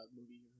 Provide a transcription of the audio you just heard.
movie